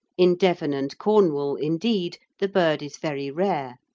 in devon and cornwall, indeed, the bird is very rare,